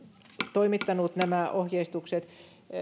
toimittanut nämä ohjeistukset